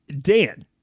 Dan